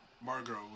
Margot